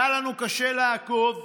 היה לנו קשה לעקוב.